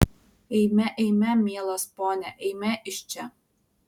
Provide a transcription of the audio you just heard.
eime eime mielas pone eime iš čia